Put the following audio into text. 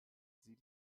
sie